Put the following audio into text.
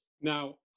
now